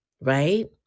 right